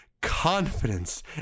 confidence